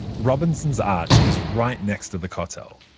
robinson's arch is right next to the kotel.